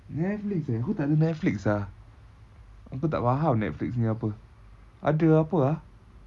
netflix eh aku takde netflix ah aku tak faham netflix ni apa ada apa ah